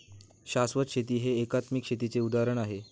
शाश्वत शेती हे एकात्मिक शेतीचे उदाहरण आहे